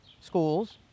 schools